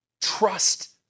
trust